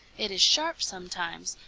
it is sharp sometimes,